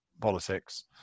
politics